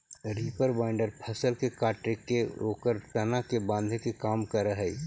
reaper binder फसल के काटके ओकर तना के बाँधे के काम करऽ हई